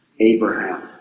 Abraham